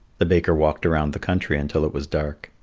the baker walked around the country until it was dark,